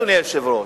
אדוני היושב-ראש,